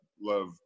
love